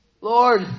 Lord